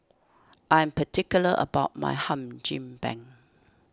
I am particular about my Hum Chim Peng